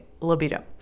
libido